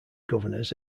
governors